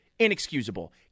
inexcusable